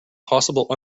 possible